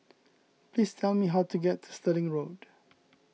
please tell me how to get to Stirling Road